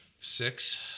Six